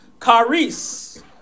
caris